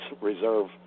reserve